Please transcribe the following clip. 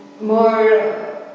more